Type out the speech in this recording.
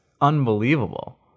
unbelievable